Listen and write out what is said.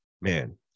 man